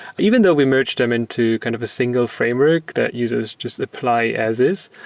even though we merged them into kind of a single framework that uses just apply as is,